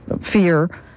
fear